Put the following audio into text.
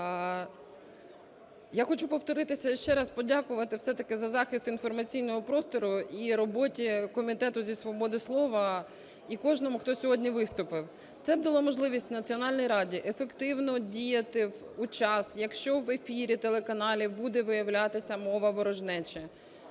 Я хочу повторитися і ще раз подякувати все-таки за захист інформаційного простору і роботі Комітету зі свободи слова, і кожному, хто сьогодні виступив. Це б дало можливість Національній раді ефективно діяти у час, якщо в ефірі телеканалів буде виявлятися мова ворожнечі.